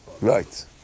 Right